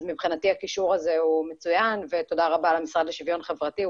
אז מבחינתי הקישור הזה הוא מצוין ותודה רבה למשרד לשוויון חברתי,